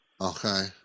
Okay